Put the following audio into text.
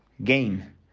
game